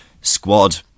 squad